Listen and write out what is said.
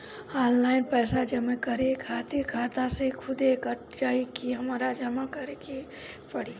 Online पैसा जमा करे खातिर खाता से खुदे कट जाई कि हमरा जमा करें के पड़ी?